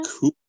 Cool